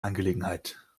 angelegenheit